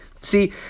See